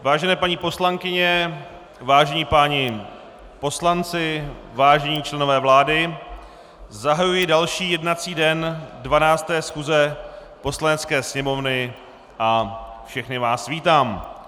Vážené paní poslankyně, vážení páni poslanci, vážení členové vlády, zahajuji další jednací den 12. schůze Poslanecké sněmovny a všechny vás vítám.